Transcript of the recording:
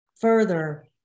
further